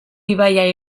ibaia